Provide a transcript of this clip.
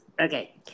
Okay